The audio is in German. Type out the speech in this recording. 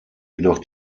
jedoch